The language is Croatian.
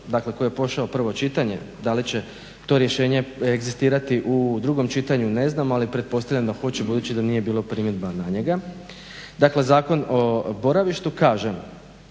dakle koji je prošao prvo čitanje da li će to rješenje egzistirati u drugom čitanju ne znamo ali pretpostavimo da hoće budući da nije bilo primjedbi na njega, dakle Zakon o boravištu kaže